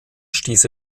stieß